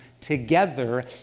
together